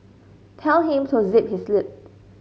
tell him to zip his lip